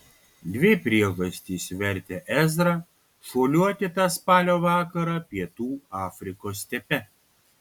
dvi priežastys vertė ezrą šuoliuoti tą spalio vakarą pietų afrikos stepe